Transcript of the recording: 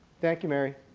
thank you, mary.